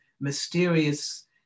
mysterious